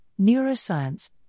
neuroscience